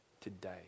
today